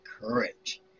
Courage